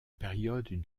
période